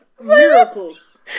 Miracles